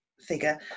figure